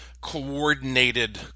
coordinated